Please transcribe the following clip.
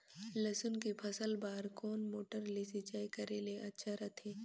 लसुन के फसल बार कोन मोटर ले सिंचाई करे ले अच्छा रथे?